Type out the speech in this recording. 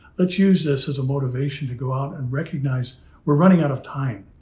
let's use this as a motivation to go out and recognize we're running out of time.